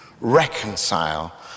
reconcile